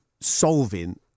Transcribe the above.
solving